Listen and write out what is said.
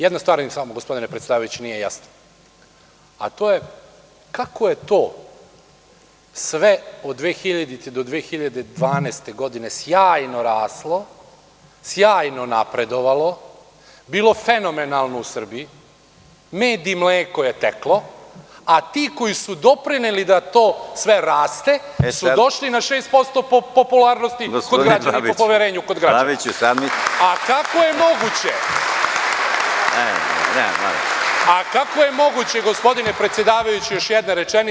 Jedna stvar mi samo, gospodine predsedavajući, nije jasna, a to je kako je to sve od 2000. do 2012. godine sjajno raslo, sjajno napredovalo, bilo fenomenalno u Srbiji, med i mleko je teklo, a ti koji su doprineli da to sve raste su došli na 6% popularnosti po poverenju kod građana? (Predsedavajući: Gospodine Babiću, nemojte molim vas.) Gospodine predsedavajući, još jedna rečenica.